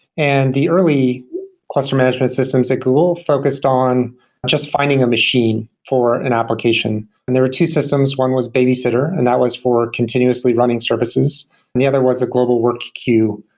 and the early cluster management systems at google focused on just finding a machine for an application. and there were two systems one was babysitter, and that was for continuously running services and the other was a global work queue,